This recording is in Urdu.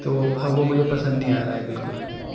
تو اب وہ مجھے پسند نہیں آ رہا ہے بالکل